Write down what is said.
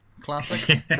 Classic